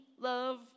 love